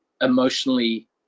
emotionally